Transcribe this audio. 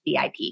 VIP